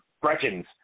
Gretchen's